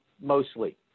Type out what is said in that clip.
mostly